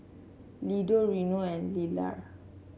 Lida Reno and Lelar